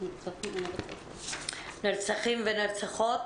נרצחים ונרצחות.